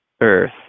Earth